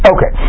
Okay